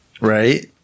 Right